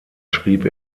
schrieb